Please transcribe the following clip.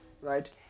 right